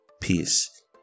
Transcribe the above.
peace